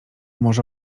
może